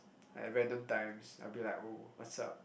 at random times I'll be like oh what's up